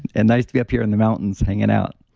and nice to be up here in the mountains hanging out.